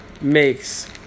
makes